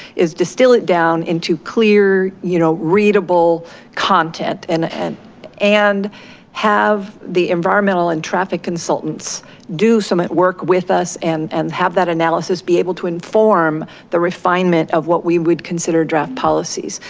is distill it down into clear, you know readable content and and and have the environmental and traffic consultants do some work with us and and have that analysis be able to inform the refinement of what we would consider draft policies.